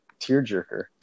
tearjerker